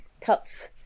cuts